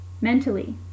mentally